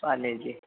college आहे